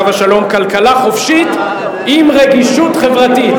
עליו השלום: כלכלה חופשית עם רגישות חברתית.